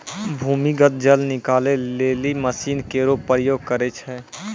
भूमीगत जल निकाले लेलि मसीन केरो प्रयोग करै छै